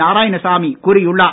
நாராயணசாமி கூறியுள்ளார்